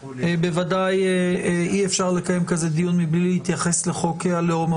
בוודאי אי אפשר לקיים כזה דיון מבלי להתייחס לחוק הלאום,